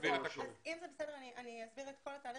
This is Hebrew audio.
אם זה בסדר, אני אסביר את כל התהליך.